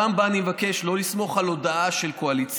בפעם הבאה אני מבקש לא לסמוך על הודעה של קואליציה.